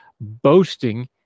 Boasting